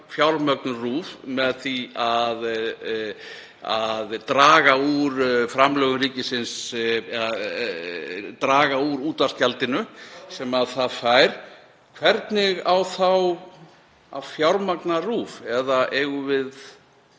fjármögnun RÚV með því að draga úr útvarpsgjaldinu sem það fær — hvernig á þá að fjármagna RÚV? Eða eigum við